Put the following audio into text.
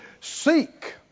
Seek